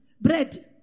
Bread